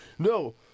No